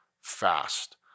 fast